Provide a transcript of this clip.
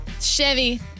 Chevy